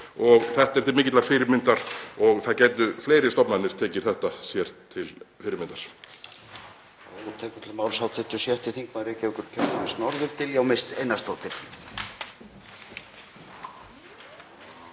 Þetta er til mikillar fyrirmyndar og það gætu fleiri stofnanir tekið þetta sér til fyrirmyndar.